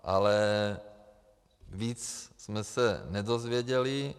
Ale víc jsme se nedozvěděli.